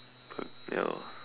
ya lor